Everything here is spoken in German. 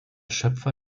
schöpfer